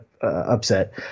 upset